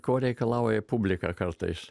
ko reikalauja publika kartais